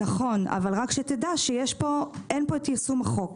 אבל אין פה יישום החוק